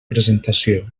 presentació